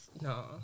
no